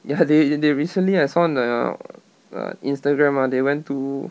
ya they they recently I saw on the the instagram ah they went to